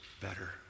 better